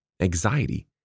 anxiety